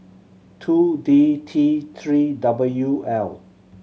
two D T Three W L